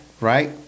right